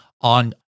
on